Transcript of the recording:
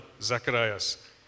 Zacharias